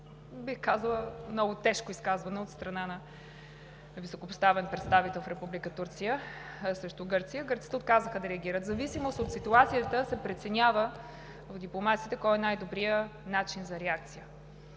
бих казала, много тежко изказване от страна на високопоставен представител в Република Турция срещу Гърция. Гърците отказаха да реагират. В зависимост от ситуацията се преценява в дипломацията кой е най-добрият начин за реакция.